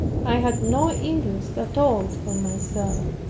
i had no interest at all for myself.